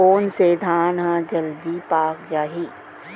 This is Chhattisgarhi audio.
कोन से धान ह जलदी पाक जाही?